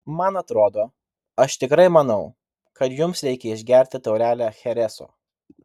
man atrodo aš tikrai manau kad jums reikia išgerti taurelę chereso